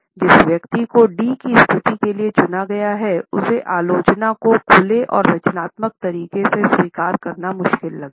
जिस व्यक्ति को 'डी' की स्थिति के लिए चुना गया है उसे आलोचना को खुले और रचनात्मक तरीके से स्वीकार करना मुश्किल लगेगा